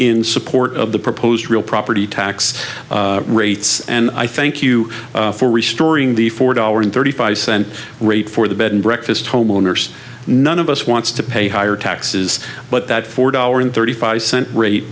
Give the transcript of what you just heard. in support of the proposed real property tax rates and i thank you for restoring the four dollar and thirty five cent rate for the bed and breakfast homeowners none of us wants to pay higher taxes but that four dollar and thirty five cent rate